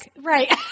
Right